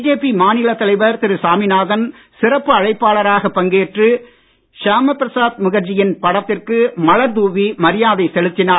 BJP மாநிலத் தலைவர் திரு சாமிநாதன் சிறப்பு அழைப்பாளராக பங்கேற்று ஷியாம பிரசாத் முகர்ஜியின் படத்திற்கு மலர் தூவி மரியாதை செலுத்தினார்